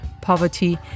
poverty